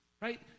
Right